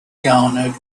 garnered